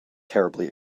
terribly